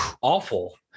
awful